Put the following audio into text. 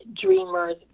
Dreamers